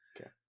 Okay